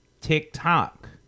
TikTok